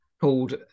called